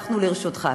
אנחנו לרשותך.